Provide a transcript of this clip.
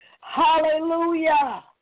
Hallelujah